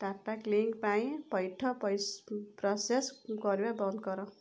Tata click ପାଇଁ ପଇଠ process କରିବା ବନ୍ଦ କର